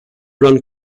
run